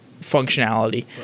functionality